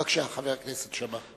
בבקשה, חבר הכנסת שאמה.